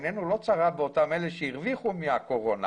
עינינו לא צרה באותם אלה שהרוויחו מהקורונה,